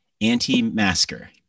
anti-masker